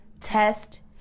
test